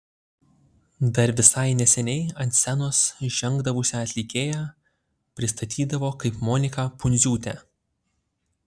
dar visai neseniai ant scenos žengdavusią atlikėją pristatydavo kaip moniką pundziūtę